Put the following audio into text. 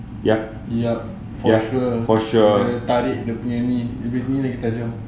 yup dia tarik dia punya ni hidung ni tajam